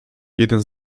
jeden